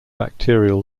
bacterial